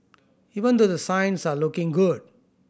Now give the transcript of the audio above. even though the signs are looking good